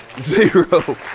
Zero